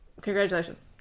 Congratulations